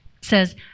says